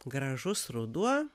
gražus ruduo